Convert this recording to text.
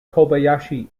kobayashi